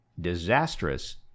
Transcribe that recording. disastrous